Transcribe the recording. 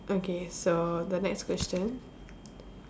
okay so the next question